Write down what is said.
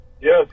Yes